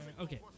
Okay